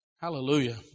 Hallelujah